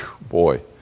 boy